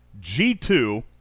G2